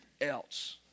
else